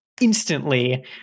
instantly